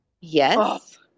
Yes